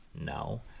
No